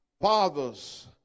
fathers